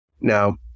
Now